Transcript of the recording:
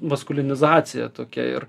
maskulinizacija tokia ir